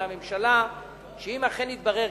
מהממשלה שאם אכן יתברר,